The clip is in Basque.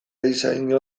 erizain